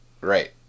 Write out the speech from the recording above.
right